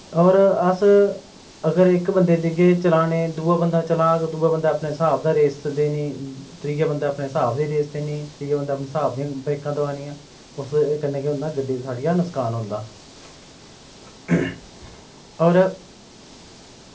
और अस अगर इक बंदे देगे चलाने दूआ बंदा चलाग दुऐ बंदै अपने हिसाब दी रेस देनी त्रीऐ बंदै अपने हिसाब दी रेस देनी त्रीऐ बंदै अपने हिसाब दियां ब्रेकां दवानियां उस कन्नेै केह् होंदा गड्डी साढ़िया नुक्सान होंदा और